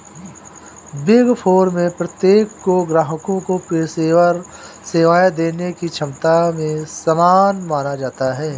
big four में प्रत्येक को ग्राहकों को पेशेवर सेवाएं देने की क्षमता में समान माना जाता है